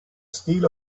steel